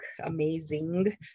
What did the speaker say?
amazing